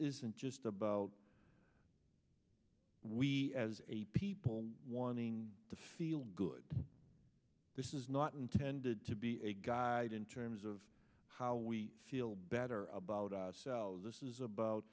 isn't just about we as a people wanting to feel good this is not intended to be a guide in terms of how we feel better about ourselves this is